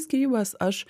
skyrybas aš